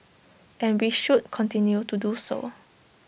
and we should continue to do so